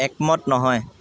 একমত নহয়